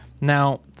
Now